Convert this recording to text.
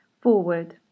Forward